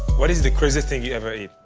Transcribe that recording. what is the craziest thing you ever ate?